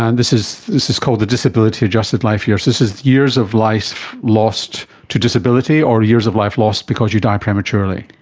and this is this is called the disability adjusted life years, this is years of life lost to disability or years of life lost because you die prematurely.